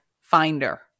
finder